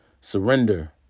surrender